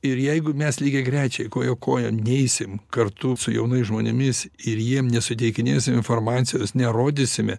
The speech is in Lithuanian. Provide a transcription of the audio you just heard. ir jeigu mes lygiagrečiai koja kojon neeisim kartu su jaunais žmonėmis ir jiem nesuteikinėsim informacijos nerodysime